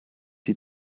die